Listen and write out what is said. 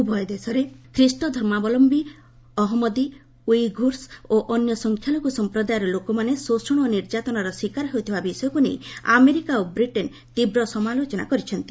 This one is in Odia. ଉଭୟ ଦେଶରେ ଖ୍ରୀଷ୍ଟଧର୍ମାବଲମ୍ୟୀ ଅହନ୍ମଦୀଉଇଘୁଷ ଓ ଅନ୍ୟ ସଂଖ୍ୟାଲଘୁ ସଂପ୍ରଦାୟର ଲୋକମାନେ ଶୋଷଣ ଓ ନିର୍ଯାତନାର ଶିକାର ହେଉଥିବା ବିଷୟକୁ ନେଇ ଆମେରିକା ଓ ବ୍ରିଟେନ୍ ତୀବ୍ର ସମାଲୋଚନା କରିଛନ୍ତି